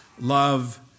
love